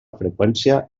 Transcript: freqüència